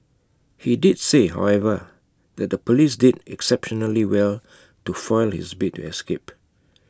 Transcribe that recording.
he did say however that the Police did exceptionally well to foil his bid to escape